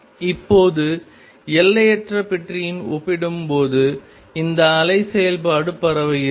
இப்போது எல்லையற்ற பெட்டியுடன் ஒப்பிடும்போது இந்த அலை செயல்பாடு பரவுகிறது